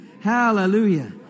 Hallelujah